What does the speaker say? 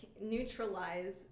neutralize